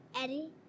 Eddie